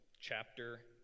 Chapter